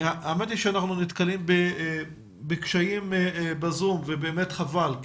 האמת היא שאנחנו נתקלים בקשיים בזום ובאמת חבל,